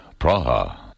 Praha